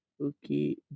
okay